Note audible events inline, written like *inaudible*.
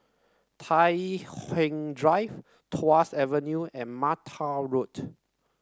Tai *unintelligible* Drive Tuas Avenue and Mata Road